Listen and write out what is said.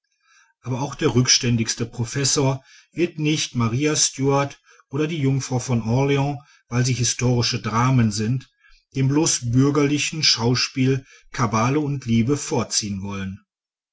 aber auch der rückständigste professor wird nicht maria stuart oder die jungfrau von orleans weil sie historische dramen sind dem bloß bürgerlichen schauspiel kabale und liebe vorziehen wollen